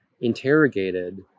interrogated